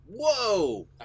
Whoa